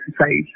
exercise